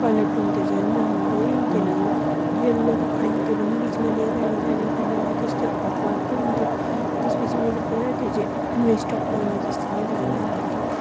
colour print त झन् राम्रै हुन्थेन यल्लोको खालि त्यो पनि बिचमा रेगा रेगा रेगा रेगा त्यस्तोहरू आएको आएकै हुन्थ्यो त्यस पछि मेरो पूरा त्यो चाहिँ वेस्ट अब् मनी जस्तै नै भयो अन्त त्यो